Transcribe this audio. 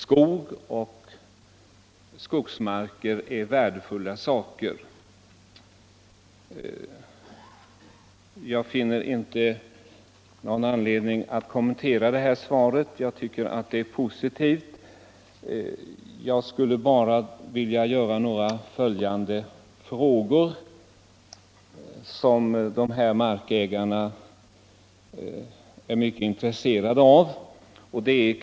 Skog och skogsmark är ju värdefulla tillgångar. Jag finner inte någon anledning att kommentera industriministerns svar, som jag tycker är positivt. Jag skulle bara vilja ställa några följdfrågor som dessa markägare är mycket intresserade av att få svar på.